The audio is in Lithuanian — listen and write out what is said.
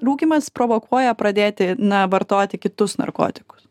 rūkymas provokuoja pradėti na vartoti kitus narkotikus